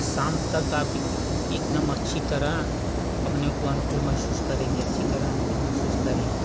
शाम तक आप एक एकदम अच्छी तरह अपने को अनुकूल महसूस करेंगे अच्छी तरह अनुकूल महसूस करेंगे